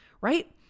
right